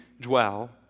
dwell